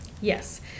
Yes